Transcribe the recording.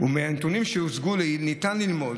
"ומהנתונים שהוצגו לעיל ניתן ללמוד",